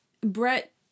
Brett